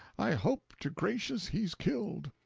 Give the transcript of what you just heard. i hope to gracious he's killed!